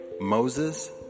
Moses